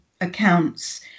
accounts